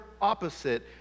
opposite